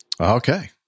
Okay